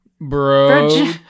Bro